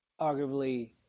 arguably